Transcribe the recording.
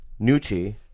Nucci